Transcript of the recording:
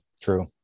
True